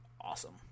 awesome